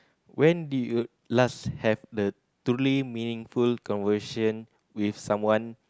when did you last have the totally meaningful conversation with someone